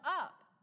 up